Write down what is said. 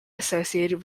associated